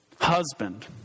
Husband